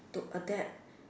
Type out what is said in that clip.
to adapt